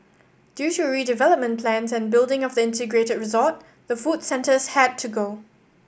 due to redevelopment plans and building of the integrated resort the food centres had to go